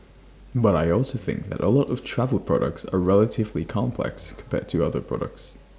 but I also think that A lot of travel products are relatively complex compared to other products